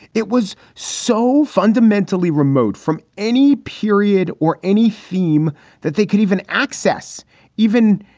it was so fundamentally remote from any period or any theme that they could even access even.